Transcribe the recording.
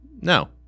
no